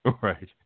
Right